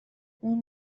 اون